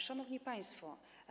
Szanowni Państwo!